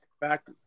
back